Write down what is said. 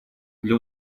для